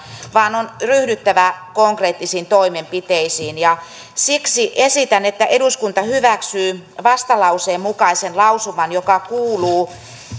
vaan on ryhdyttävä konkreettisiin toimenpiteisiin siksi esitän että eduskunta hyväksyy vastalauseen mukaisen lausuman joka kuuluu